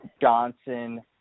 Johnson